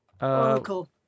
Oracle